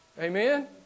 Amen